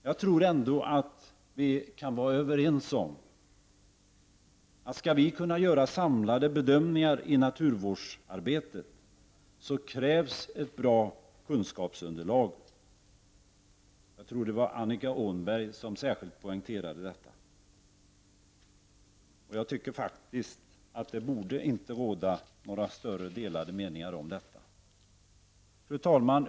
Jag tror att vi kan vara överens om, att skall vi kunna göra samlade bedömningar av naturvårdsarbetet krävs ett bra kunskapsunderlag. Jag tror att det var Annika Åhnberg som särskilt poängterade detta. Jag tycker faktiskt att det inte borde råda några större delade meningar om detta. Fru talman!